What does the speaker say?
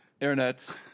internet